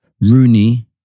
Rooney